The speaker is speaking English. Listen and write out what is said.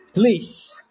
Please